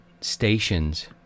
Stations